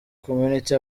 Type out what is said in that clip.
community